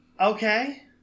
Okay